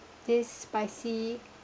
this spicy